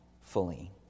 fully